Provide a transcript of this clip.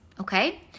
Okay